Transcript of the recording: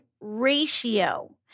ratio